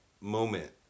moment